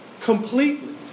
Completely